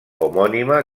homònima